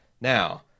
Now